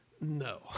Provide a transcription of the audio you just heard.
No